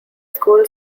school